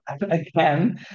again